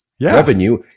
Revenue